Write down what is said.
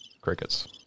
Crickets